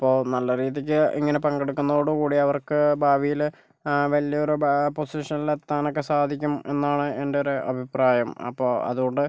അപ്പോൾ നല്ല രീതിക്ക് ഇങ്ങനെ പങ്കെടുക്കുന്നതോടുകൂടി അവർക്ക് ഭാവിയില് വലിയൊരു പൊസിഷനിൽ എത്താനോക്കെ സാധിക്കും എന്നാണ് എൻ്റെ ഒരു അഭിപ്രായം അപ്പോൾ അതുകൊണ്ട്